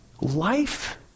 Life